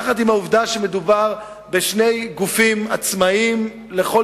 יחד עם העובדה שמדובר בשני גופים עצמאיים לכל